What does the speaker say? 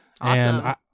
Awesome